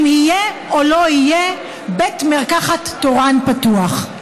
אם יהיה או לא יהיה בית מרקחת תורן פתוח.